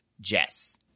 Jess